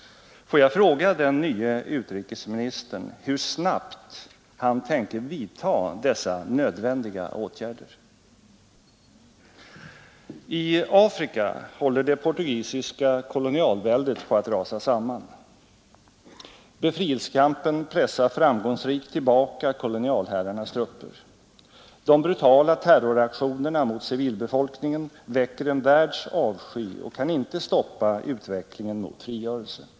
Får jag fråga den nye utrikesministern hur snabbt han tänker vidta dessa nödvändiga åtgärder? I Afrika håller det portugisiska kolonialväldet på att rasa samman. Befrielsekampen pressar framgångsrikt tillbaka kolonialherrarnas trupper. De brutala terroraktionerna mot civilbefolkningen väcker en världs avsky och kan inte stoppa utvecklingen mot frigörelse.